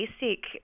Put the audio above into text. basic